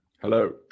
Hello